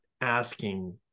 asking